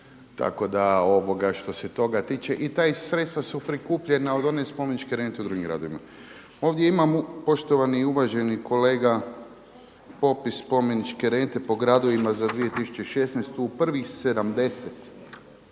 Tako da što se toga tiče i ta sredstva su prikupljena od one spomeničke rente u drugim gradovima. Ovdje imamo poštovani i uvaženi kolega popis spomeničke rente po gradovima za 2016., prvih 70,